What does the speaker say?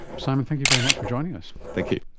simon, thank you very much for joining us. thank you.